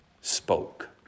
spoke